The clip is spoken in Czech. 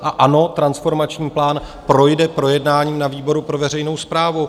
A ano, transformační plán projde projednáním na výboru pro veřejnou správu.